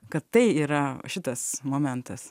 kad tai yra šitas momentas